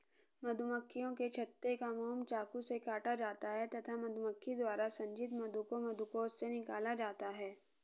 मधुमक्खियों के छत्ते का मोम चाकू से काटा जाता है तथा मधुमक्खी द्वारा संचित मधु को मधुकोश से निकाला जाता है